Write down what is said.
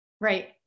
right